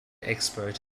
expert